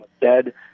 dead